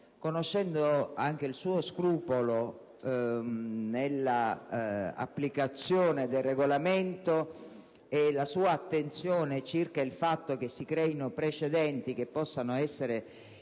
conoscendo anche il suo scrupolo nell’applicazione del Regolamento e la sua attenzione circa il fatto che si creino precedenti che possano essere